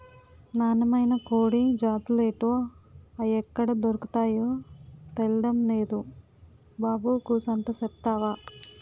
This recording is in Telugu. నాన్నమైన కోడి జాతులేటో, అయ్యెక్కడ దొర్కతాయో తెల్డం నేదు బాబు కూసంత సెప్తవా